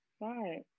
Right